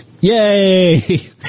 Yay